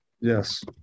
Yes